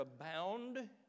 abound